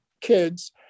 kids